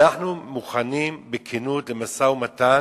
אנחנו מוכנים בכנות למשא-ומתן,